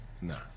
No